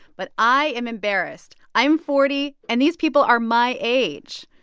but i am embarrassed. i'm forty, and these people are my age.